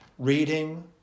reading